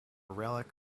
relic